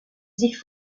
sich